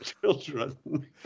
children